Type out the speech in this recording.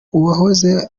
uwahoze